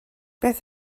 beth